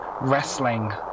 wrestling